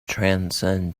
transcend